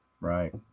Right